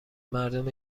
مردم